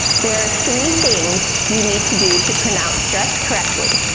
there are three things you need to do to pronounce stress correctly.